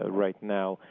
ah right now.